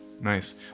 nice